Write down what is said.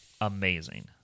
amazing